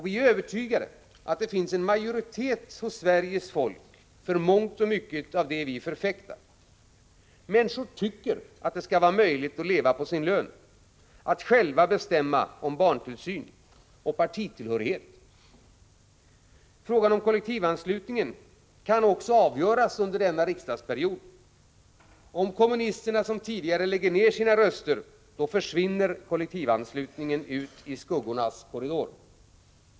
Vi är övertygade om att det finns en majoritet hos Sveriges folk för mångt och mycket av det vi förfäktar. Människor tycker att det skall vara möjligt att leva på sin lön och att själva bestämma om barntillsyn och partitillhörighet. Frågan om kollektivanslutningen kan också avgöras under denna riksdagsperiod. Om kommunisterna som tidigare lägger ner sina röster försvinner kollektivanslutningen ut i skuggornas korridor.